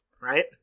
right